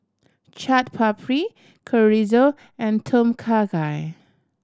Chaat Papri Chorizo and Tom Kha Gai